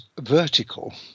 vertical